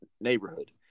neighborhood